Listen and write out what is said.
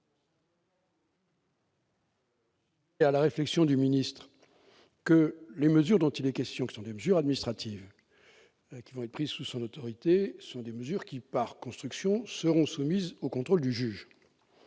Et à la réflexion du ministre que les mesures dont il est question, qui sont des mesures administratives qui vont être prises sous son autorité, ce sont des mesures qui, par construction, seront soumises au contrôle du juge